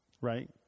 right